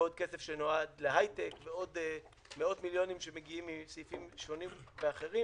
ועוד כסף שנועד להייטק ועוד מאות מיליונים שמגיעים מסעיפים שונים ואחרים